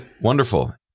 Wonderful